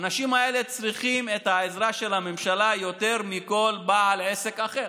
האנשים האלה צריכים את העזרה של הממשלה יותר מכל בעל עסק אחר.